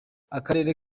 akarere